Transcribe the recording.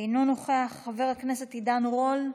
אינו נוכח, חבר הכנסת עידן רול,